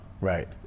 Right